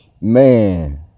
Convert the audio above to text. man